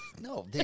No